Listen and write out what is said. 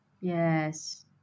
Yes